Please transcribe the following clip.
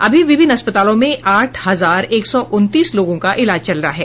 अभी विभिन्न अस्पतालों में आठ हजार एक सौ उनतीस लोगों का इलाज चल रहा है